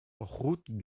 route